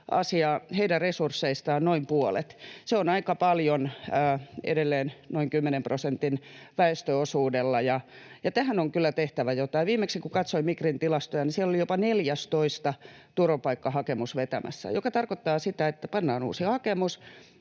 heidän resursseistaan noin puolet. Se on aika paljon edelleen noin kymmenen prosentin väestöosuudella, ja tähän on kyllä tehtävä jotain. Viimeksi kun katsoin Migrin tilastoja, niin siellä oli jopa 14. turvapaikkahakemus vetämässä, mikä tarkoittaa sitä, että pannaan uusi hakemus,